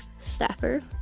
Staffer